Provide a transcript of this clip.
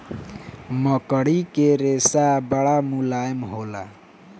मकड़ी के रेशा बड़ा मुलायम होला